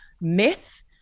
myth